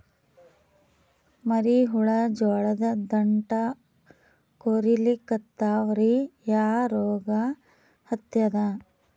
ಮರಿ ಹುಳ ಜೋಳದ ದಂಟ ಕೊರಿಲಿಕತ್ತಾವ ರೀ ಯಾ ರೋಗ ಹತ್ಯಾದ?